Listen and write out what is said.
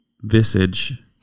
visage